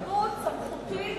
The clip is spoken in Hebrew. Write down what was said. חוק ומשפט.